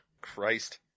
Christ